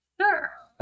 Sure